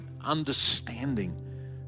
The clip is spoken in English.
understanding